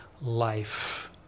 life